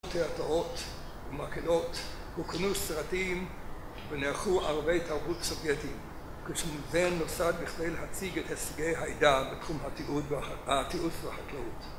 תיאטראות ומקהלות הוקרנו סרטים ונערכו ערבי תרבות סובייטיים כשמזה נוסד בכדי להציג את הישגי העידן בתחום התיעוש והחקלאות